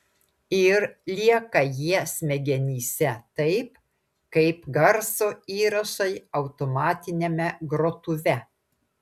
ir lieka jie smegenyse taip kaip garso įrašai automatiniame grotuve